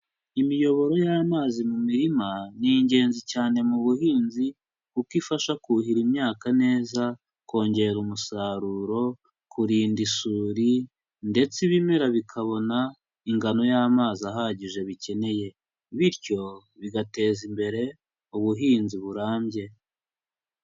Imiyoboro y'amazi mu mirima ni ingenzi cyane mu buhinzi kuko ifasha kuhira imyaka neza, kongera umusaruro, kurinda isuri ndetse ibimera bikabona ingano y'amazi ahagije bikeneye bityo bigateza imbere ubuhinzi burambye.